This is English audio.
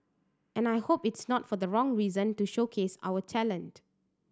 and I hope it is not for the wrong reason to showcase our talent